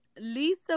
Lisa